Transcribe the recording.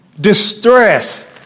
distress